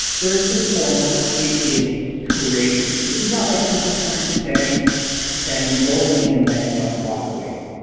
first and foremost it is created. this is not like super storm sandy sandy rolling in and wiping out the rockaways.